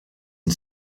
and